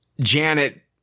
Janet